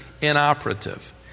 inoperative